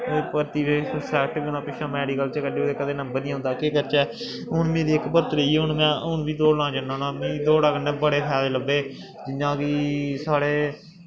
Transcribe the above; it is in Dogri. भर्ती बिच्च सैट होना पिच्छें मैडिकल च कड्डी ओड़ेआ कदें नम्बर निं औंदा केह् करचै हून मेरी इक भर्थी रेही दी हून बी में दौड़ लान जन्ना होन्नां मीं दौड़ा कन्नै बड़े फैदे लब्भे जियां कि साढ़े